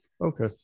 Okay